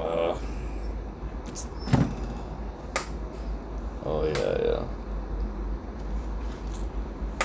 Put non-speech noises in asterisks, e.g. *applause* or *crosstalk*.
uh *noise* orh ya ya